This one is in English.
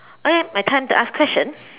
okay my time to ask question